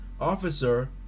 officer